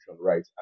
right